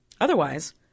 Otherwise